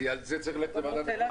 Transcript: אני על זה צריך ללכת לוועדת הכנסת.